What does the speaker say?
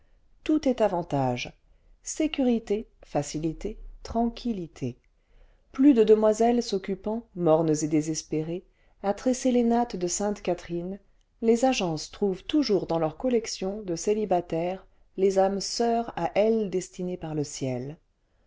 tout est avantage sécurité facilité tranquillité plus de demoiselles s'occupant mornes et désespérées à tresser les nattes de sainte catherine les agences trouvent toujours dans leurs collections de célibataires les âmes soeurs à elles destinées par le ciel